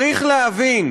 צריך להבין